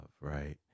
right